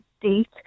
date